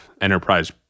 enterprise